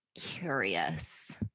curious